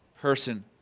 Person